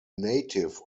native